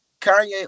Kanye